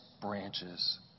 branches